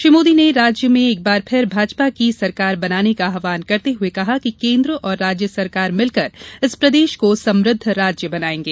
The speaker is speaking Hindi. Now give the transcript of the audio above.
श्री मोदी ने राज्य में एक बार फिर भाजपा की सरकार बनाने का आह्वान करते हुए कहा कि केन्द्र और राज्य सरकार मिलकर इस प्रदेश को समृद्ध राज्य बनायेगें